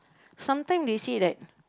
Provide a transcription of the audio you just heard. sometime they say that